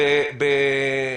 פיקוד העורף,